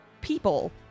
People